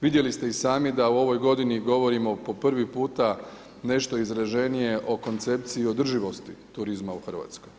Vidjeli ste i sami da u ovoj godini govorimo po prvi puta nešto izraženije o koncepciji održivosti turizma u Hrvatskoj.